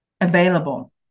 available